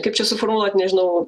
kaip čia suformuluoti nežinau